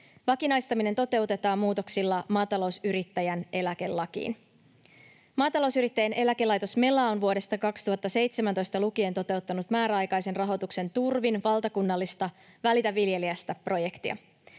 Vakinaistaminen toteutetaan muutoksilla maatalousyrittäjän eläkelakiin. Maatalousyrittäjien eläkelaitos Mela on vuodesta 2017 lukien toteuttanut määräaikaisen rahoituksen turvin valtakunnallista Välitä viljelijästä ‑projektia.